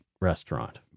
restaurant